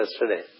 yesterday